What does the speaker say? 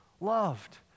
loved